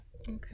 Okay